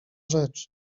rzecz